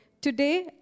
Today